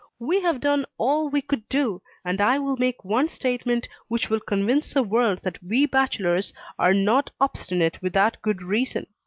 we have done all we could do, and i will make one statement which will convince the world that we bachelors are not obstinate without good reason.